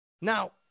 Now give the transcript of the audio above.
Now